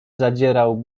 zadzierał